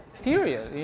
period.